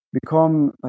become